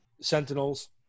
Sentinels